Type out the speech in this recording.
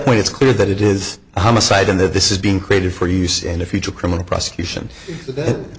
point it's clear that it is homicide and that this is being created for use in a future criminal prosecution that